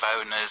owners